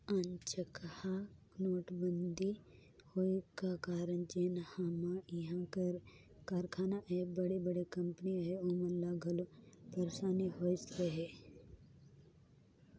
अनचकहा नोटबंदी होए का कारन जेन हमा इहां कर कारखाना अहें बड़े बड़े कंपनी अहें ओमन ल घलो पइरसानी होइस अहे